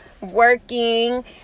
working